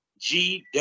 GW